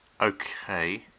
Okay